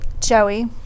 Joey